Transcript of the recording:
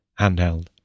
handheld